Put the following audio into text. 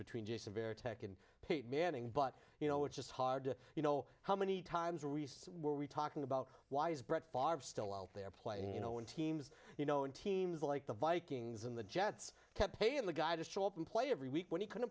peyton manning but you know it's just hard to you know how many times reese were we talking about why is brett farve still out there playing you know when teams you know in teams like the vikings and the jets kept pay and the guy just show up and play every week when he couldn't